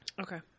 Okay